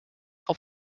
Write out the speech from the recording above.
auf